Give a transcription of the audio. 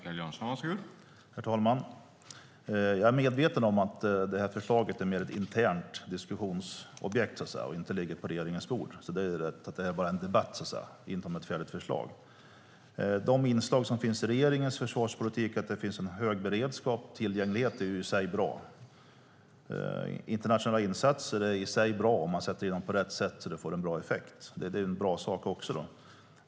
Herr talman! Jag är medveten om att förslaget är ett mer internt diskussionsobjekt och inte ligger på regeringens bord. Det är fråga om en debatt, inte ett färdigt förslag. De inslag som finns i regeringens försvarspolitik, att det finns en hög beredskap och tillgänglighet, är bra. Internationella insatser är bra om de sätts in på rätt sätt så att de får bra effekt.